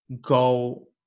go